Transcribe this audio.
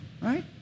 right